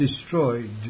destroyed